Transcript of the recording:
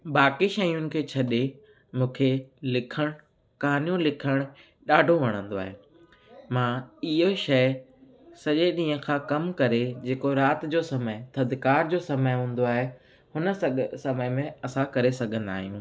बाक़ी शयुनि खे छॾे मूंखे लिखणु कहाणियूं लिखणु ॾाढो वणंदो आहे मां इहो शइ सॼे ॾींहं खां कमु करे जेको राति जो समय थधिकार जो समय हूंदो आहे हुन स समय असां करे सघंदा आहियूं